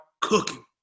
cooking